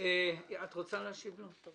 את רוצה להשיב לו?